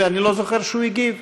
ואני לא זוכר שהוא הגיב.